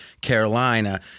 Carolina